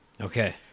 Okay